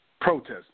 Protesting